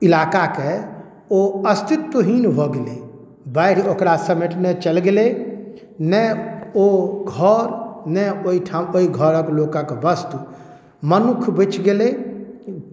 ओइ इलाकाके ओ अस्तित्व हीन भऽ गेलै बाढ़ि ओकरा समेटने चलि गेलै ने ओ घर ने ओ ओइठाम ओइ घऽरके लोकके वस्तु मनुख बचि गेलै